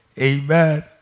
amen